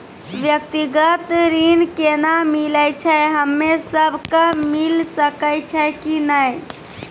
व्यक्तिगत ऋण केना मिलै छै, हम्मे सब कऽ मिल सकै छै कि नै?